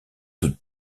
toutes